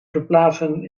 verplaatsen